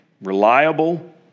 reliable